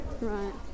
Right